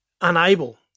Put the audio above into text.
unable